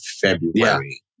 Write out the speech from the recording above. February